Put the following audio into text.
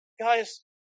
Guys